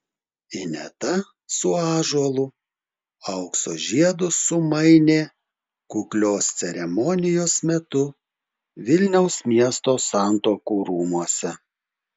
ineta su ąžuolu aukso žiedus sumainė kuklios ceremonijos metu vilniaus miesto santuokų rūmuose